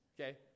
Okay